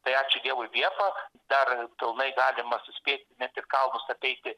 tai ačiū dievui liepa dar pilnai galima suspėti net ir kalnus apeiti